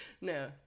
No